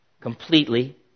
completely